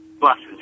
buses